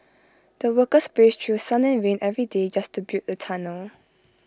the workers braved through sun and rain every day just to build the tunnel